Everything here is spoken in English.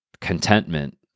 contentment